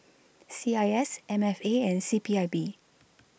C I S M F A and C P I B